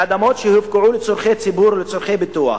ואדמות שהופקעו לצורכי ציבור ולצורכי פיתוח.